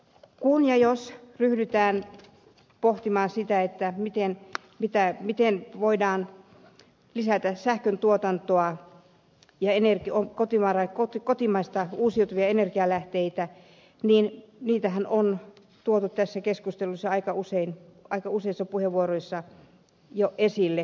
kun ja jos ryhdytään pohtimaan sitä miten voidaan lisätä sähköntuotantoa ja kotimaisia uusiutuvan energian lähteitä niin niitähän on tuotu tässä keskustelussa aika useissa puheenvuoroissa jo esille